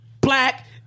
black